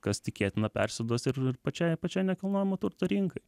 kas tikėtina persiduos ir ir pačiai pačiai nekilnojamo turto rinkai